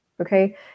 okay